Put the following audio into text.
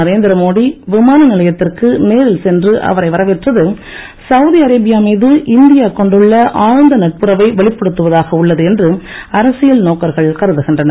நரேந்திர மோடி விமானநிலையத்திற்கு நேரில் சென்று அவரை வரவேற்றது சௌதிஅரேபியா மீது இந்தியா கொண்டுள்ள ஆழ்ந்த நட்புறவை வெளிப்படுத்துவதாக உள்ளதுஎன்று நோக்கர்கள் கருதுகின்றனர்